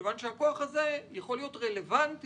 מכיוון שהכוח הזה יכול להיות רלוונטי